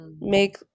make